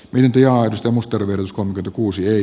ylityö on uskomus tervehdyskonkatu kuusi ei